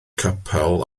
capel